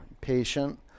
Patient